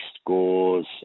scores